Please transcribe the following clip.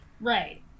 right